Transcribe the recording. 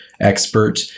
expert